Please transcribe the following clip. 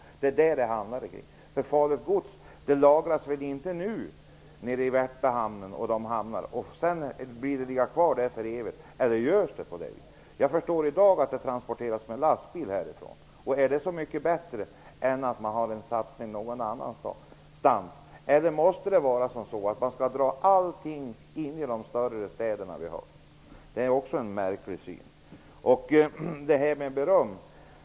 Det är detta som det handlar om. Farligt gods lagras väl inte nu i Värtahamnen och andra hamnar och får ligga kvar där för evigt, eller är det så? Jag förstår att godset i dag transporteras med lastbil. Är det så mycket bättre än att göra en satsning någon annanstans? Måste man dra in allting i våra större städer? Det är också ett märkligt synsätt. Så till vårt beröm.